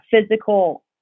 physical